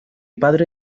padre